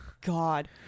god